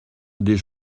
des